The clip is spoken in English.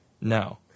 no